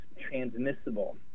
transmissible